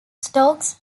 stokes